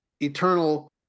eternal